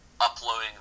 uploading